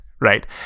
Right